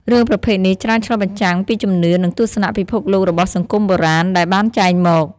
រឿងប្រភេទនេះច្រើនឆ្លុះបញ្ចាំងពីជំនឿ និងទស្សនៈពិភពលោករបស់សង្គមបុរាណដែលបានចែងមក ។